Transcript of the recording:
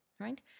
Right